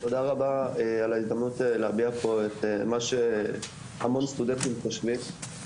תודה רבה על ההזדמנות להביע פה את מה שהמון סטודנטים חושבים.